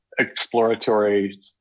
exploratory